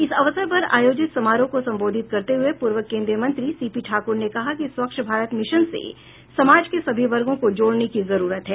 इस अवसर पर आयोजित समारोह को संबोधित करते हुए पूर्व केंद्रीय मंत्री सी पी ठाकुर ने कहा कि स्वच्छ भारत मिशन से समाज के सभी वर्गों को जोडने की जरुरत है